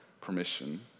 permission